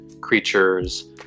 creatures